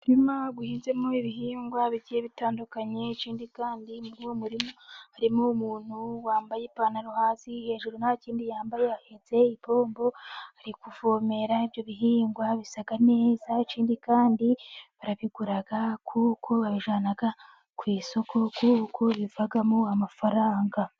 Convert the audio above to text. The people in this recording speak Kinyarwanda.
Umurima uhinzemo ibihingwa bigiye bitandukanye, ikindi kandi muri uwo murima, harimo umuntu wambaye ipantaro hasi hejuru nta kindi yambaye ,yahetse ipombo ari kuvomera ibyo bihingwa bisa neza, ikindi kandi barabigura kuko babijyana ku isoko, kuko bivagamo amafaranga.